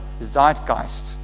zeitgeist